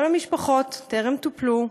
כל המשפחות טרם טופלו,